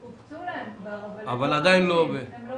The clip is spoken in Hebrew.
כבר הוקצו להם אבל הם לא בהסדר.